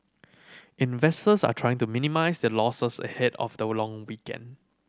investors are trying to minimise their losses ahead of the long weekend